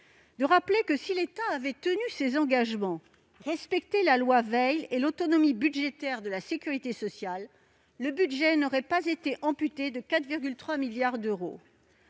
sociale. Si l'État avait tenu ses engagements et respecté la loi Veil et l'autonomie budgétaire de la sécurité sociale, le budget n'aurait pas été amputé de 4,3 milliards d'euros.